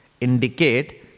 indicate